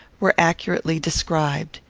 were accurately described.